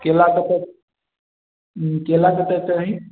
केलाके केलाके तऽ अहीॅं